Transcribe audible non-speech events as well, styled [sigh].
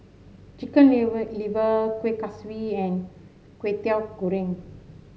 Chicken [unintelligible] Liver Kueh Kaswi and Kwetiau Goreng